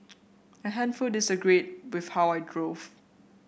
a handful disagreed with how I drove